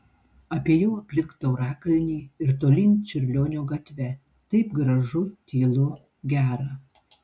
apėjau aplink taurakalnį ir tolyn čiurlionio gatve taip gražu tylu gera